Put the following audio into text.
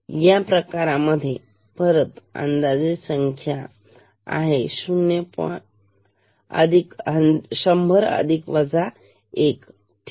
या प्रकारामध्ये परत अंदाजे संख्या आहे साधारण 100 परंतु खरी संख्या असेल 100 1 ठीक